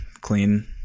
Clean